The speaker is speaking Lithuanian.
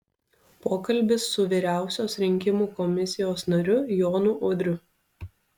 pokalbis su vyriausios rinkimų komisijos nariu jonu udriu